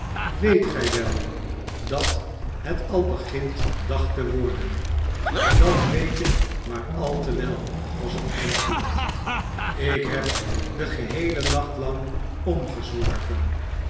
weet gij wel dat het al begint dag te worden dat weet ik maar al te wel was het antwoord ik heb den geheelen nacht lang